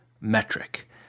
metric